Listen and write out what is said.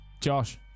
josh